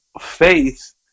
faith